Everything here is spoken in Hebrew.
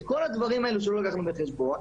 כל הדברים האלו שלא לקחנו בחשבון,